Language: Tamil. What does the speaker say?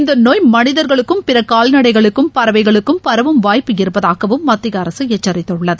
இந்த நோய் மனிதர்களுக்கும் பிற கால்நடைகளுக்கும் பறவைகளுக்கும் பரவும் வாய்ப்பு இருப்பதாகவும் மத்திய அரசு எச்சரித்துள்ளது